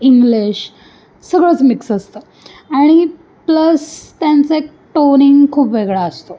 English सगळंच mix असतं आणि प्लस त्यांचं एक टोनिंग खूप वेगळा असतो